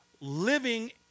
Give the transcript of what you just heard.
living